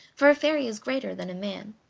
for a fairy is greater than a man.